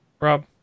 Rob